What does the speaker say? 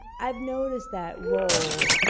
i've noticed that role